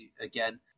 again